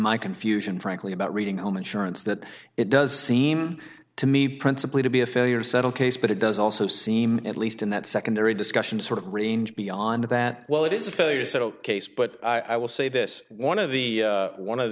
my confusion frankly about reading home insurance that it does seem to me principally to be a failure to settle case but it does also seem at least in that secondary discussion sort of range beyond that well it is a failure sort of case but i will say this one of the one of